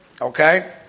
Okay